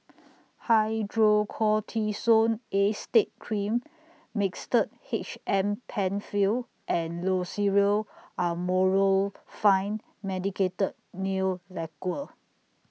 Hydrocortisone Acetate Cream Mixtard H M PenFill and Loceryl Amorolfine Medicated Nail Lacquer